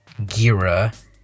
Gira